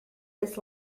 this